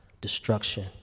destruction